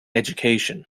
education